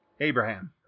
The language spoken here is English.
Abraham